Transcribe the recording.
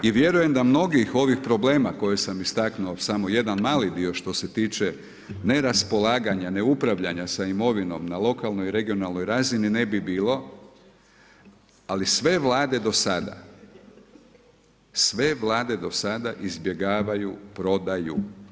I vjerujem da mnogih ovih problema koje sam istaknuo, samo jedan mali dio što se tiče neraspolaganja, neupravljanja sa imovinom na lokalnoj i regionalnoj razini ne bi bilo ali sve vlade do sada izbjegavaju prodaju.